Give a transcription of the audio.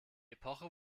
epoche